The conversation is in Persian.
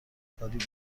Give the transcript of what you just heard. کاری